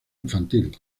infantil